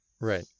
right